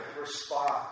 respond